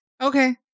Okay